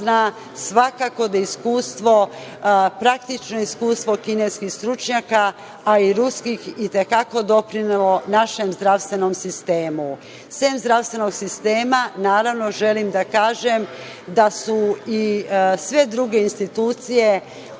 svakako da iskustvo, praktično iskustvo kineskih stručnjaka, a ruskih i te kako doprinelo našem zdravstvenom sistemu. Sem zdravstvenog sistema, naravno, želim da kažem da su i sve druge institucije